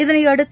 இதனையடுத்து